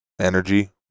Energy